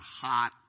hot